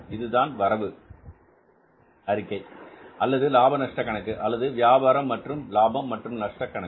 இதுதான் வரவு அறிக்கை அல்லது லாப நஷ்ட கணக்கு அல்லது வியாபாரம் மற்றும் லாபம் மற்றும் நஷ்டம் கணக்கு